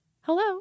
hello